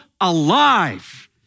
alive